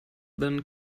than